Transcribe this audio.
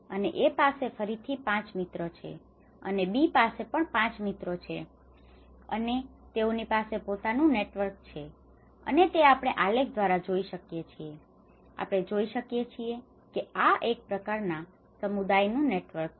અને A પાસે ફરીથી 5 મિત્રો છે અને B પાસે પણ 5 મિત્રો છે અને તેઓની પાસે પોતાનું નેટવર્ક છે અને તે આપણે આલેખ દ્વારા જોઈ શકીએ છીએ આપણે જોઈ શકીએ છીએ કે આ એક પ્રકાર ના સમુદાય નું નેટવર્ક છે